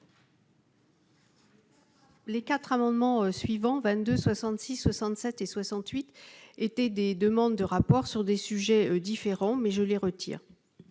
Les 4 amendements suivants 22 66 67 et 68 étaient des demandes de rapports sur des sujets différents, mais je les retire.